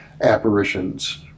apparitions